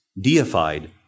deified